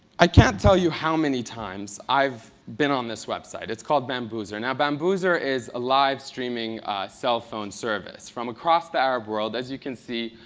i can't tell you how many times i've been on this web site. it is called bamboozer. now, bamboozer is a live streaming cell phone service. from across the arab world, as you can see,